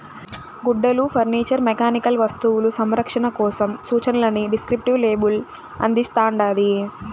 గుడ్డలు furniture mechanical వస్తువులు సంరక్షణ కోసం సూచనలని డిస్క్రిప్టివ్ లేబుల్ అందిస్తాండాది